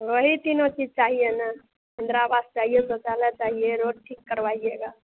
वही तीनों चीज चाहिए न इंद्रा आवास चाहिए पैख़ाना चाहिए रोड ठीक करवाइएगा